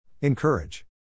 Encourage